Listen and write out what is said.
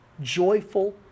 joyful